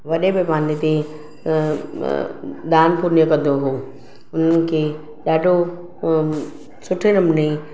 वॾे पैमाने ते दान पुञु कंदो हो उन्हनि खे ॾाढो उहो सुठे नमूने